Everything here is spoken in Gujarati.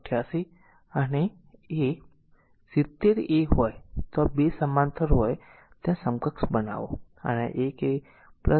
70a હોય તો આ 2 સમાંતર હોય ત્યાં સમકક્ષ બનાવો અને આ 1a 4